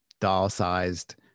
doll-sized